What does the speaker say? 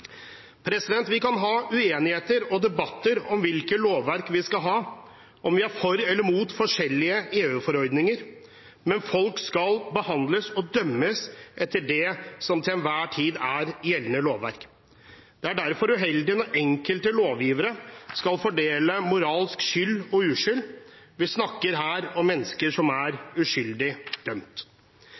Vi kan være uenige og ha debatter om hvilket lovverk vi skal ha, om vi er for eller imot forskjellige EU-forordninger, men folk skal behandles og dømmes etter det som til enhver tid er gjeldende lovverk. Det er derfor uheldig når enkelte lovgivere skal fordele moralsk skyld og uskyld. Vi snakker her om mennesker som er uskyldig dømt.